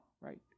right